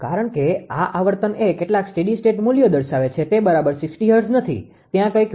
કારણ કે આ આવર્તન એ કેટલાક સ્ટેડી સ્ટેટ મુલ્યો દર્શાવે છે તે બરાબર 60 હર્ટ્ઝ નથી ત્યાં કંઈક વિચલન છે જે 0